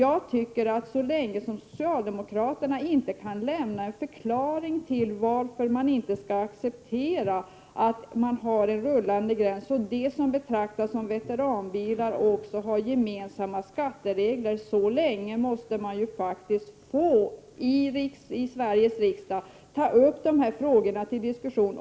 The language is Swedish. Jag tycker att så länge socialdemokraterna inte kan lämna en förklaring till varför man inte kan acceptera en rullande gräns för veteranbilar med gemensamma skatteregler, så länge måste man faktiskt i Sveriges riksdag få ta upp dessa frågor till diskussion.